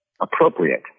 appropriate